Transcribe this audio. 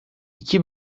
i̇ki